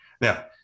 Now